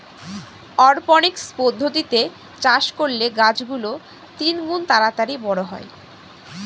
অরপনিক্স পদ্ধতিতে চাষ করলে গাছ গুলো তিনগুন তাড়াতাড়ি বড়ো হয়